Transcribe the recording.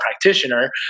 practitioner